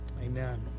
Amen